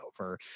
over